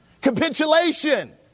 capitulation